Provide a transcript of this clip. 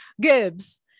Gibbs